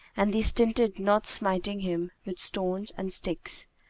and they stinted not smiting him with stones and sticks,